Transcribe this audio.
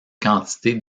quantités